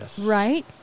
Right